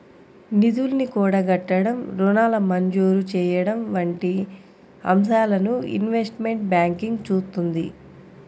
నిధుల్ని కూడగట్టడం, రుణాల మంజూరు చెయ్యడం వంటి అంశాలను ఇన్వెస్ట్మెంట్ బ్యాంకింగ్ చూత్తుంది